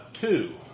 Two